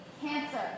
cancer